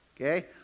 Okay